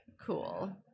Cool